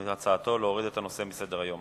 הצעתו היא להוריד את הנושא מסדר-היום.